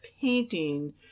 painting